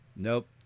Nope